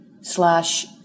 slash